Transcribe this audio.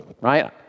right